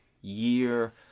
year